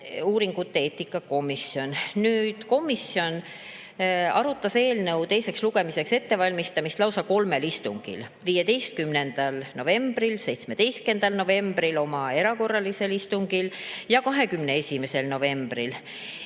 inimuuringute eetikakomitee. Komisjon arutas eelnõu teiseks lugemiseks ettevalmistamist lausa kolmel istungil: 15. novembril, 17. novembril oma erakorralisel istungil ja 21. novembril.